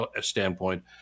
standpoint